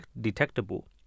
detectable